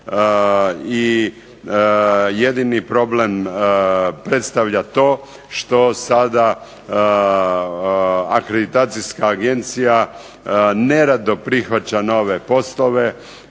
jedini problem predstavlja to što sada akreditacijska agencija nerado prihvaća nove poslove,